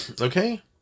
Okay